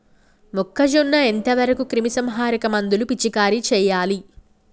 మొక్కజొన్న ఎంత వరకు క్రిమిసంహారక మందులు పిచికారీ చేయాలి?